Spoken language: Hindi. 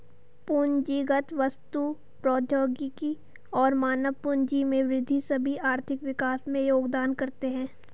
पूंजीगत वस्तु, प्रौद्योगिकी और मानव पूंजी में वृद्धि सभी आर्थिक विकास में योगदान करते है